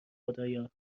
خدایا